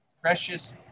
Precious